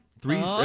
Three